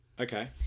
Okay